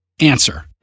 Answer